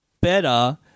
better